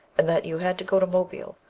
and that you had to go to mobile,